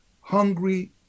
hungry